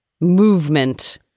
movement